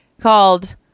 called